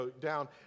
down